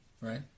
right